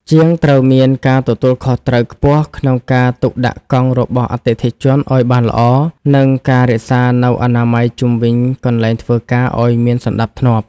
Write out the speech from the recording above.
ជាងត្រូវមានការទទួលខុសត្រូវខ្ពស់ក្នុងការទុកដាក់កង់របស់អតិថិជនឱ្យបានល្អ និងការរក្សានូវអនាម័យជុំវិញកន្លែងធ្វើការឱ្យមានសណ្តាប់ធ្នាប់។